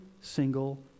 single